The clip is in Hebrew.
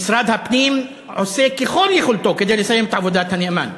משרד הפנים עושה ככל יכולתו כדי לסיים את עבודת הנאמן,